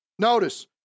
Notice